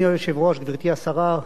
אדוני היושב-ראש, גברתי השרה,